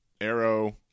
Arrow